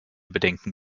bedenken